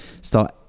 start